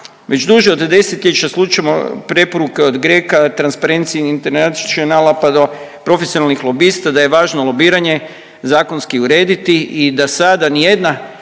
Već duže od desetljeća slušamo preporuke od GRECO-a Transparency Internationala pa do profesionalnih lobista da je važno lobiranje zakonski urediti i da sada ni jedna,